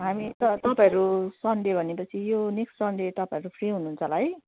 हामी त तपाईँहरू सन्डे भनेपछि यो नेक्स्ट सन्डे तपाईँहरू फ्री हुनुहुन्छ होला है